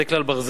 זה כלל ברזל.